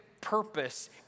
purpose